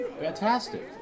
Fantastic